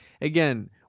again